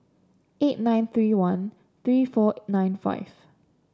eight nine three one three four nine five